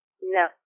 no